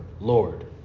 Lord